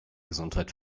gesundheit